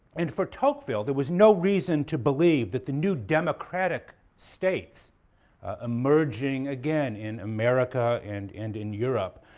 and for tocqueville, there was no reason to believe that the new democratic states emerging, again, in america and and in europe,